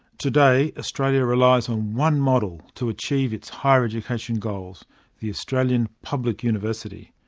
today australia relies on one model to achieve its higher education goals the australian public university.